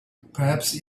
perhaps